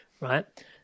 right